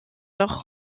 leur